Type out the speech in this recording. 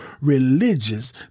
religious